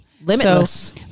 Limitless